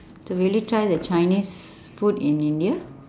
so will you try the chinese food in india